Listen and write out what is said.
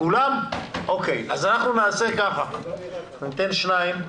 אנחנו ניתן לשניים לדבר,